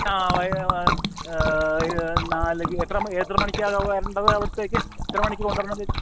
ആ ഇത് നാല് എത്ര മണിക്കാണ് വരേണ്ടത് അവിടത്തേക്ക് എത്ര മണിക്ക് കൊണ്ടു വരണം ചേച്ചി